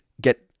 get